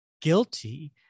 guilty